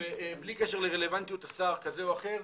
- בלי קשר לרלוונטיות השר, זה או אחר,